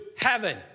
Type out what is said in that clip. heaven